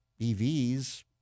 EVs